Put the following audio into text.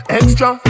extra